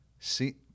see